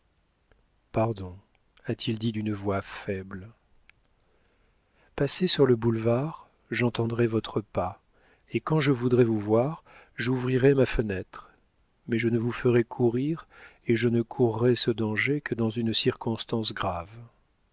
a-t-il dit d'une voix faible passez sur le boulevard j'entendrai votre pas et quand je voudrai vous voir j'ouvrirai ma fenêtre mais je ne vous ferai courir et je ne courrai ce danger que dans une circonstance grave